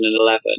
2011